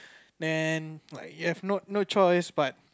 then you have no no choice but